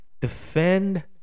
defend